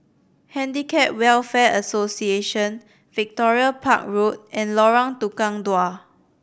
Handicap Welfare Association Victoria Park Road and Lorong Tukang Dua